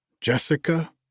Jessica